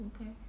okay